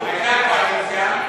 הייתה קואליציה,